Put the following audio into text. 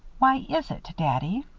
why is it, daddy?